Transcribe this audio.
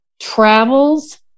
travels